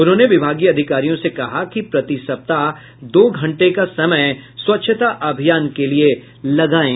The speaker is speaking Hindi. उन्होंने विभागीय अधिकारियों से कहा कि प्रति सप्ताह दो घंटे का समय स्वच्छता अभियान के लिये लगायें